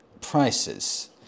prices